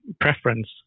preference